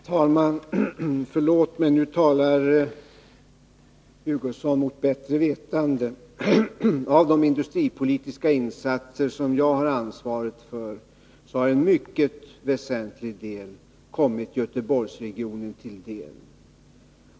Herr talman! Förlåt, men nu talar Kurt Hugosson mot bättre vetande. Av de industripolitiska insatser som jag har haft ansvaret för har en mycket väsentlig andel kommit Göteborgsregionen till del.